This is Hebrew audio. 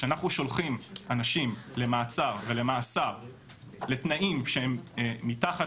כשאנחנו שולחים אנשים למעצר ולמאסר לתנאים שהם מתחת